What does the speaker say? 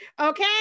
Okay